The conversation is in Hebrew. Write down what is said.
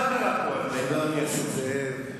חבר הכנסת נסים זאב,